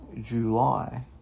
July